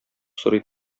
сорый